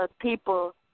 people